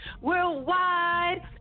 worldwide